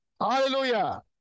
Hallelujah